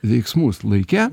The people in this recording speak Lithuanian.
veiksmus laike